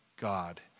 God